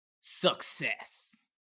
success